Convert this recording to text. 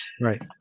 Right